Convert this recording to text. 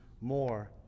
more